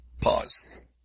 pause